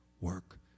work